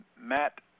Matt